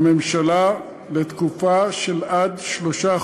הממשלה, לתקופה של עד שלושה חודשים.